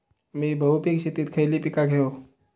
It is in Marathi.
मी बहुपिक शेतीत खयली पीका घेव?